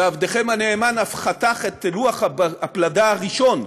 ועבדכם הנאמן אף חתך את לוח הפלדה הראשון,